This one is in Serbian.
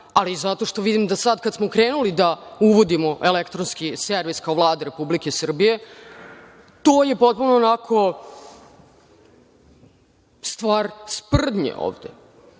ali zato što vidim da sad kada smo krenuli da uvodimo elektronski servis, kao Vlada Republike Srbije, to je potpuno onako stvar sprdnje